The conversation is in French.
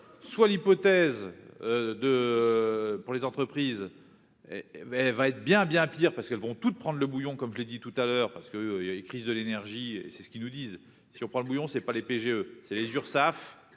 soit l'hypothèse de pour les entreprises et ben, elle va être bien bien pires, parce qu'elles vont toutes prendre le bouillon, comme je l'ai dit tout à l'heure parce que il y a des crises de l'énergie, et c'est ce qui nous disent : si on prend le bouillon, c'est pas les PGE c'est les Urssaf